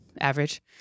average